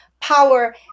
power